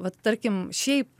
vat tarkim šiaip